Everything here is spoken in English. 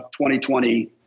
2020